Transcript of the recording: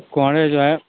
कोंहड़े जो हैं